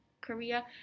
Korea